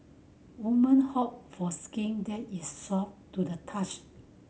women hope for skin that is soft to the touch